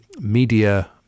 Media